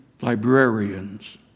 librarians